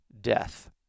death